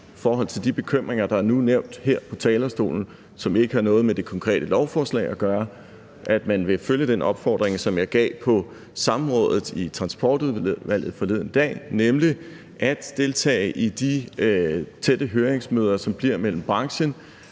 i forhold til de bekymringer, der nu er nævnt her fra talerstolen, og som ikke har noget med det konkrete lovforslag at gøre, vil følge den opfordring, som jeg gav på samrådet i Transportudvalget forleden dag, nemlig at deltage i de tætte høringsmøder, som bliver mellem branchen